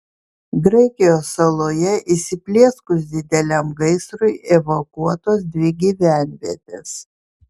graikijos saloje įsiplieskus dideliam gaisrui evakuotos dvi gyvenvietės